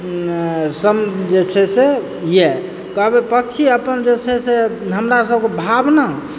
सम जे छै से यऽ कहबै पक्षी अपन जे छै से हमरा सबके भावना